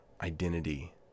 identity